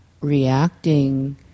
reacting